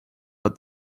but